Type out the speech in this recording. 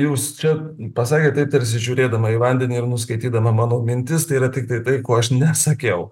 jūs čia pasakėte tarsi žiūrėdama į vandenį ir nuskaitydama mano mintis tai yra tiktai tai ko aš nesakiau